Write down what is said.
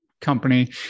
company